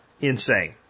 insane